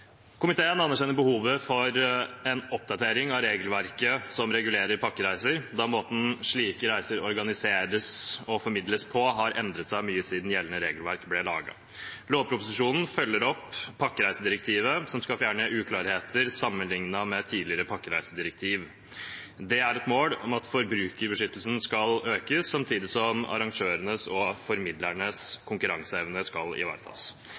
Komiteen anerkjenner behovet for en oppdatering av regelverket som regulerer pakkereiser, da måten slike reiser organiseres og formidles på, har endret seg mye siden gjeldende regelverk ble laget. Lovproposisjonen følger opp pakkereisedirektivet som skal fjerne uklarheter sammenliknet med tidligere pakkereisedirektiv. Det er et mål at forbrukerbeskyttelsen skal økes, samtidig som arrangørenes og formidlernes konkurranseevne skal ivaretas.